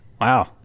Wow